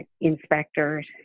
inspectors